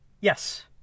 yes